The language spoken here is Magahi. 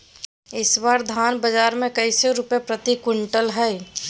इस बार धान बाजार मे कैसे रुपए प्रति क्विंटल है?